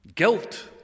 guilt